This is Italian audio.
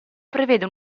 prevede